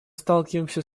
сталкиваемся